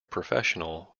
professional